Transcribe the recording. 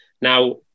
Now